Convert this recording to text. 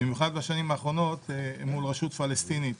במיוחד בשנים האחרונות, מול הרשות הפלסטינאית